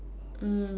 mm